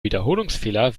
wiederholungsfehler